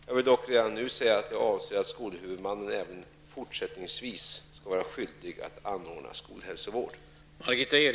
Jag vill dock redan nu säga att jag anser att skolhuvudmannen även i fortsättningsvis skall vara skyldig att anordna skolhälsovård.